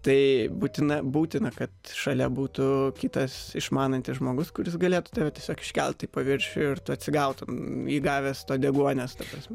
tai būtina būtina kad šalia būtų kitas išmanantis žmogus kuris galėtų tave tiesiog iškelti į paviršių ir tu atsigautum įgavęs to deguonies ta prasme